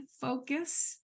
focus